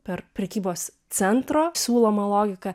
per prekybos centro siūlomą logiką